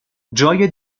جای